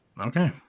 Okay